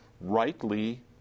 rightly